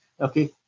Okay